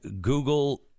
Google